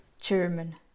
German